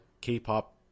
K-pop